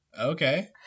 Okay